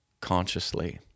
consciously